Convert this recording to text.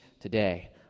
today